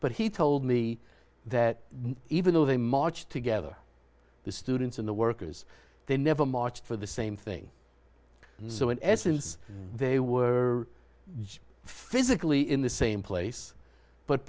but he told me that even though they marched together the students in the workers they never marched for the same thing so in essence they were physically in the same place but